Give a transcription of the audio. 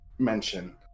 mention